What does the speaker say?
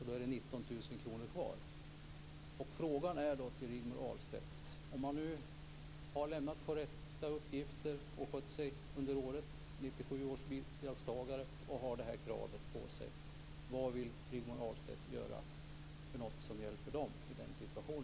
Det är då Min fråga till Rigmor Ahlstedt är: Om nu 1997 års bidragstagare har lämnat korrekta uppgifter och skött sig under året och har det här kravet på sig, vad vill